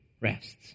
rests